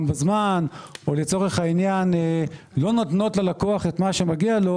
בזמן או לצורך העניין לא נותנות ללקוח את מה שמגיע לו,